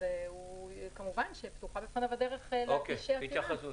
כמובן פתוחה בפניו הדרך להגיש עתירה.